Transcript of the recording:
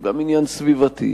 הוא גם עניין סביבתי,